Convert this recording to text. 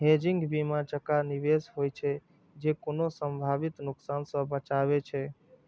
hedging बीमा जकां निवेश होइ छै, जे कोनो संभावित नुकसान सं बचाबै छै